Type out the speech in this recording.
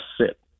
sit